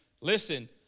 Listen